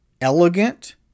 elegant